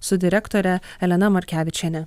su direktore elena markevičiene